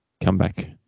comeback